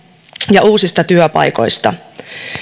ja uusista työpaikoista